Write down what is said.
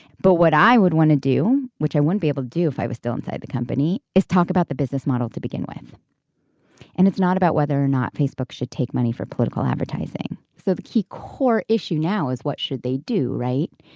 but what i would want to do which i wouldn't be able to do if i was still inside the company is talk about the business model to begin with and it's not about whether or not facebook should take money for political advertising. so the key core issue now is what should they do right.